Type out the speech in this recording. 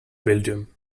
belgium